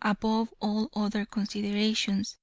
above all other considerations,